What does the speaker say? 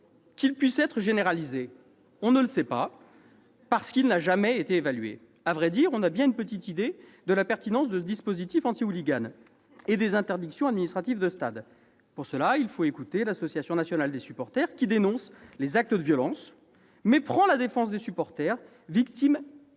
qu'il puisse être généralisé ? On ne le sait pas, parce qu'il n'a jamais été évalué. À vrai dire, on a bien une petite idée de la pertinence de ce dispositif et des interdictions administratives de stade, les IAS. Il faut écouter l'Association nationale des supporters, qui dénonce les actes de violence, mais prend la défense des supporters victimes des